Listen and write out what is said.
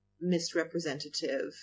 misrepresentative